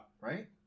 Right